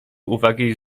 uwagi